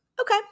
Okay